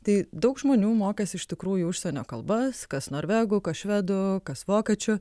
tai daug žmonių mokėsi iš tikrųjų užsienio kalbas kas norvegų kas švedų kas vokiečių